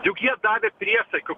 juk jie davė priesaiką